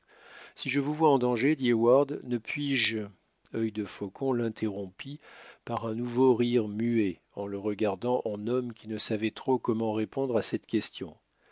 si je vous vois en danger dit heyward ne puis-je œil de faucon l'interrompit par un nouveau rire muet en le regardant en homme qui ne savait trop comment répondre à cette question